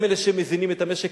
הם אלה שמזינים את המשק,